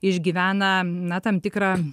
išgyvena na tam tikrą